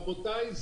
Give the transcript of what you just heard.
רבותי,